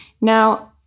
Now